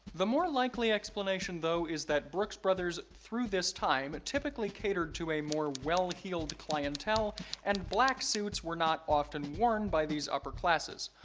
the more likely explanation though is that brooks brothers, through this time, typically catered to a more well-heeled clientele and black suits were not often worn by these upper classes,